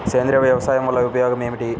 సేంద్రీయ వ్యవసాయం వల్ల ఉపయోగం ఏమిటి?